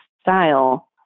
style